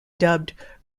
dubbed